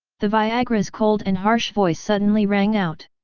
the viagra's cold and harsh voice suddenly rang out.